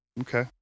Okay